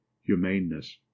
humaneness